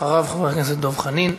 אחריו, חבר הכנסת דב חנין.